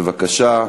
בבקשה.